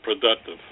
productive